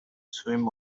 swim